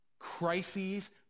Crises